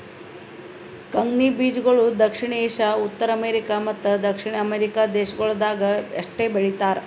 ಕಂಗ್ನಿ ಬೀಜಗೊಳ್ ದಕ್ಷಿಣ ಏಷ್ಯಾ, ಉತ್ತರ ಅಮೇರಿಕ ಮತ್ತ ದಕ್ಷಿಣ ಅಮೆರಿಕ ದೇಶಗೊಳ್ದಾಗ್ ಅಷ್ಟೆ ಬೆಳೀತಾರ